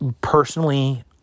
Personally